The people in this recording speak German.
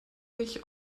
sich